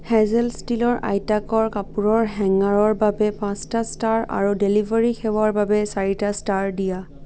hazel ষ্টীলৰ আয়তাকাৰ কাপোৰৰ হেঙাৰৰ বাবে পাঁচটা ষ্টাৰ আৰু ডেলিভাৰী সেৱাৰ বাবে চাৰিটা ষ্টাৰ দিয়া